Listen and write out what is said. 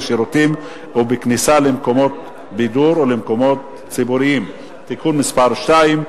בשירותים ובכניסה למקומות בידור ולמקומות ציבוריים (תיקון מס' 2),